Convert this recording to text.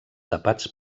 tapats